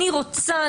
אני רוצה,